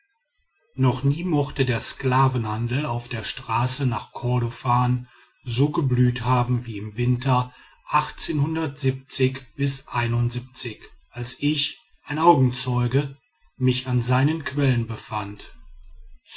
noch nie mochte der sklavenhandel auf der straße nach kordofan so geblüht haben wie im winter als ich ein augenzeuge mich an seinen quellen befand